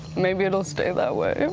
maybe it'll stay that way. and